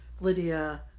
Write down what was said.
Lydia